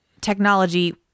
technology